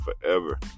forever